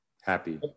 happy